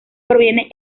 proviene